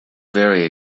very